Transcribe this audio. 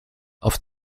auf